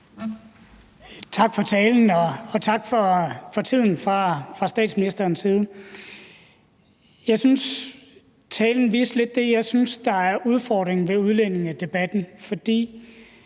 Tak for talen, og tak for tiden fra statsministerens side. Jeg synes, talen lidt viste det, jeg synes er udfordringen ved udlændingedebatten, for